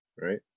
right